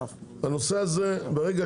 בנושא הזה, ברגע